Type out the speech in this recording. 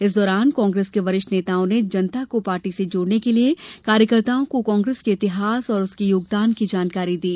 इस दौरान कांग्रेस के वरिष्ठ नेताओं ने जनता को पार्टी से जोड़ने के लिए कार्यकर्ताओं को कांग्रेस के इतिहास और उसके योगदान की जानकारी दी